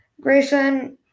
Grayson